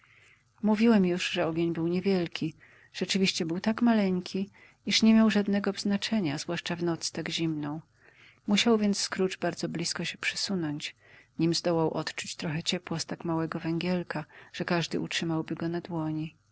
mówiłem już że ogień był niewielki rzeczywiście był tak maleńki iż nie miał żadnego znaczenia zwłaszcza w noc tak zimną musiał więc scrooge bardzo blizko się przysunąć nim zdołał odczuć trochę ciepła z tak małego węgielka że każdy utrzymałby go na dłoni